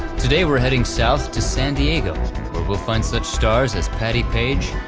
today we're heading south to san diego, where we'll find such stars as patti page,